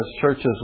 churches